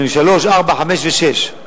1983, 1984, 1985 ו-1986.